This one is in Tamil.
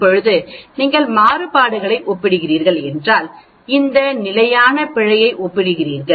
இப்போது நீங்கள் மாறுபாடுகளை ஒப்பிடுகிறீர்கள் என்றால் இந்த நிலையான பிழையை ஒப்பிடுகிறீர்கள்